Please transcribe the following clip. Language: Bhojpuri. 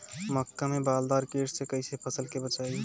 मक्का में बालदार कीट से कईसे फसल के बचाई?